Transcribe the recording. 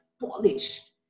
polished